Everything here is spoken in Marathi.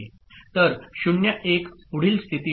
तर 0 1 पुढील स्थिती होते